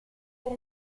per